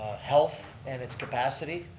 health and its capacity?